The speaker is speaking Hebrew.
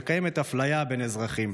וקיימת אפליה בין אזרחים,